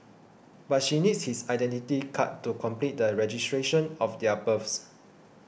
but she needs his Identity Card to complete the registration of their births